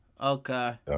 Okay